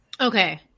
Okay